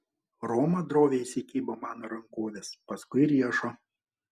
roma droviai įsikibo mano rankovės paskui riešo